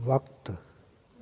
वक़्ति